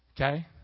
Okay